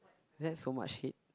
that's so much hate